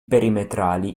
perimetrali